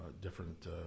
different